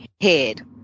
head